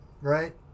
right